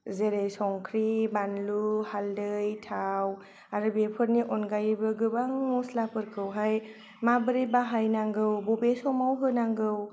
जेरै संख्रि बानलु हालदै थाव आरो बेफोरनि अनगायैबो गोबां मसलाफोरखौ हाय माबोरै बाहायनांगौ बबे समाव होनांगौ